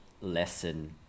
lesson